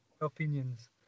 Opinions